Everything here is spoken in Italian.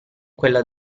quella